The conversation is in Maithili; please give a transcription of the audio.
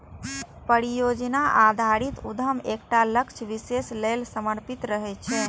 परियोजना आधारित उद्यम एकटा लक्ष्य विशेष लेल समर्पित रहै छै